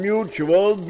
Mutual